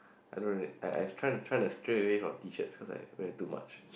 I don't really I I try try to stray away from Tshirt cause I wear too much